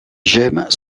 gemmes